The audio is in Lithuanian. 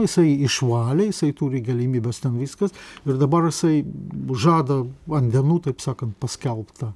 isai išvalė jisai turi galimybes ten viskas ir dabar jisai žada vandenų taip sakant paskelbtą